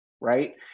right